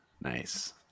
nice